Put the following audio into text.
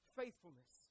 faithfulness